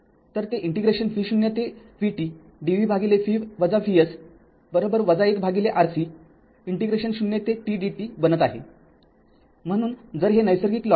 तरते integration v0 ते vt dv १ Rc integration 0 ते t dt बनत आहे